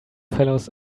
fellows